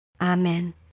Amen